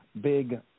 big